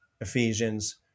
Ephesians